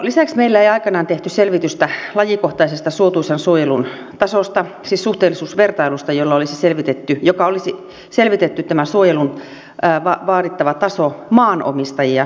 lisäksi meillä ei aikanaan tehty selvitystä lajikohtaisesta suotuisan suojelun tasosta siis suhteellisuusvertailusta jolla olisi selvitetty tämän suojelun vaadittava taso maanomistajia kuunnellen